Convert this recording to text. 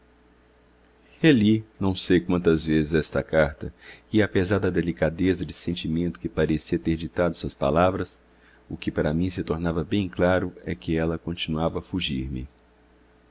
reli não sei quantas vezes esta carta e apesar da delicadeza de sentimento que parecia ter ditado suas palavras o que para mim se tornava bem claro é que ela continuava a